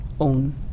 own